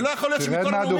זה לא יכול שמכל הנאומים,